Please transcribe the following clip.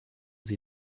sie